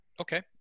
Okay